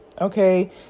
Okay